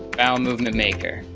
bowel movement maker.